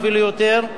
ואפילו יותר,